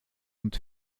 und